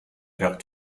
vers